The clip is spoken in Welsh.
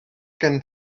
gen